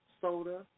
soda